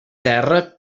terra